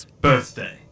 birthday